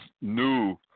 new